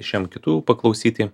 išėjom kitų paklausyti